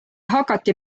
hakati